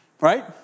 Right